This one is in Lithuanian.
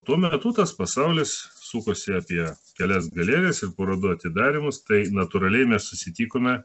tuo metu tas pasaulis sukosi apie kelias galerijas ir parodų atidarymus tai natūraliai mes susitikome